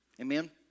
Amen